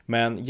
Men